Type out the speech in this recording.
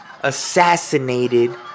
assassinated